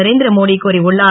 நரேந்திர மோடி கூறியுள்ளார்